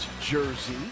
jersey